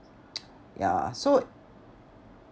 yeah so